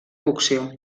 cocció